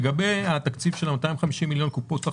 לגבי התקציב של 250 מיליון לקופת החולים,